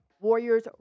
Warriors